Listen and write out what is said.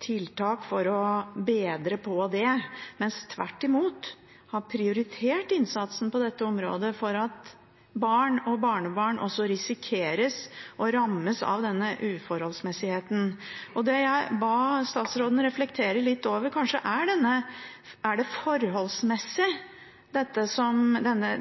tiltak for å bedre det. Man har tvert imot prioritert innsatsen på dette området sånn at barn og barnebarn også risikerer å bli rammet av denne uforholdsmessigheten. Det jeg ba statsråden reflektere litt over, er om den er forholdsmessig, denne